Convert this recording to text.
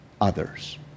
others